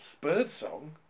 Birdsong